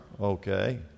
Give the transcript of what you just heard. okay